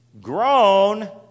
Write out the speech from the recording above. grown